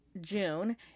June